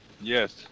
Yes